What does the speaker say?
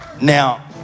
now